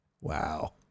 Wow